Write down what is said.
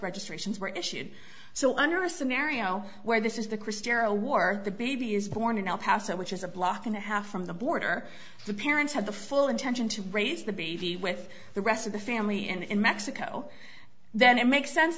registrations were issued so under a scenario where this is the christie era war the baby is born in el paso which is a block and a half from the border the parents had the full intention to raise the baby with the rest of the family and in mexico then it makes sense